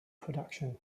production